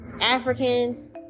Africans